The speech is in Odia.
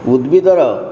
ଉଦ୍ଭିଦର